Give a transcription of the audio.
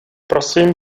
prosím